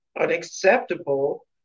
unacceptable